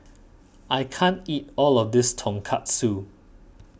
I can't eat all of this Tonkatsu